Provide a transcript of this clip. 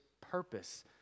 purpose